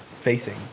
facing